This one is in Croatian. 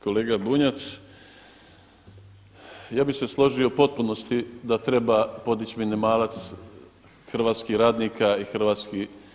Kolega Bunjac, ja bih se složio u potpunosti da treba podići minimalac hrvatskih radnika i hrvatskih.